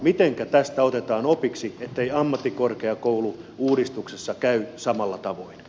mitenkä tästä otetaan opiksi ettei ammattikorkeakoulu uudistuksessa käy samalla tavoin